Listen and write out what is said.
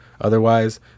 Otherwise